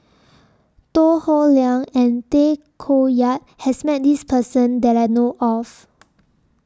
Tan Howe Liang and Tay Koh Yat has Met This Person that I know of